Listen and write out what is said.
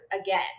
again